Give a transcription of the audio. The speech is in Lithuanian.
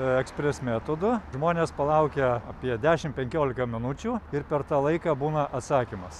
ekspres metodu žmonės palaukia apie dešimt penkioliką minučių ir per tą laiką būna atsakymas